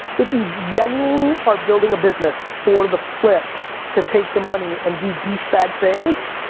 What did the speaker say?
if you genuinely are building a business for the flip to take the money and do douche bag things,